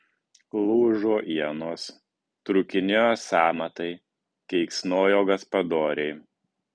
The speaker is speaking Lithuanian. lūžo ienos trūkinėjo sąmatai keiksnojo gaspadoriai